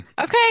Okay